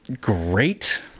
great